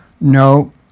No